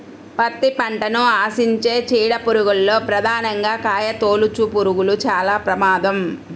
పత్తి పంటను ఆశించే చీడ పురుగుల్లో ప్రధానంగా కాయతొలుచుపురుగులు చాలా ప్రమాదం